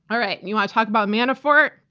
all right. you want to talk about manafort?